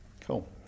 Cool